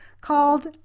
called